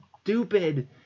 stupid